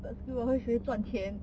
third skill 我会学赚钱